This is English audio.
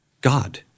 God